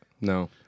No